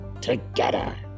together